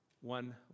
One